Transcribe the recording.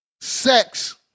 sex